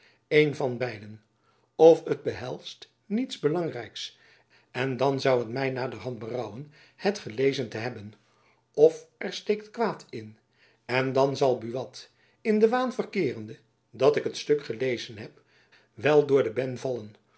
een van beiden f het behelst niets belangrijks en dan zoû het my naderhand berouwen het gelezen te hebben f er steekt kwaad in en dan zal buat in den waan verkeerende dat ik het stuk gelezen heb wel door de ben vallen